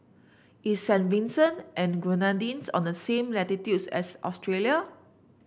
is Saint Vincent and the Grenadines on the same latitudes as Australia